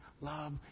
love